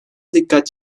dikkat